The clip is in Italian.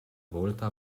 volta